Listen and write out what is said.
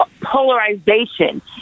polarization